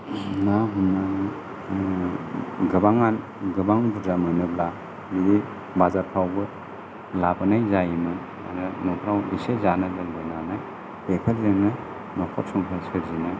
ना हमनाय गोबांआ गोबां बुरजा मोनोब्ला बियो बाजारफ्रावबो लाबोनाय जायोमोन माने न'खराव इसे जानो दोनबोनानै बेफोरजोंनो न'खर संसार सोरजिनाय